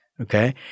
Okay